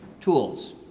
tools